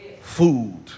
food